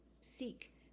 seek